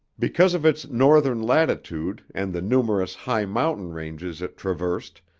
because of its northern latitude and the numerous high mountain ranges it traversed,